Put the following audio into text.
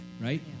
right